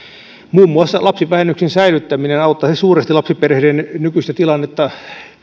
muun muassa lapsivähennyksen säilyttäminen auttaisi suuresti lapsiperheiden nykyistä tilannetta